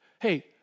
Hey